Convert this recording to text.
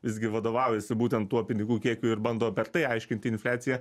visgi vadovaujasi būtent tuo pinigų kiekiu ir bando per tai aiškinti infliaciją